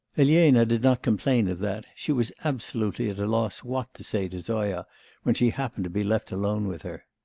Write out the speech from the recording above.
elena did not complain of that she was absolutely at a loss what to say to zoya when she happened to be left alone with her.